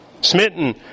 Smitten